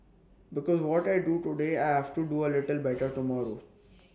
because what I do today I have to do A little better tomorrow